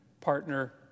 partner